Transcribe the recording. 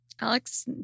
Alex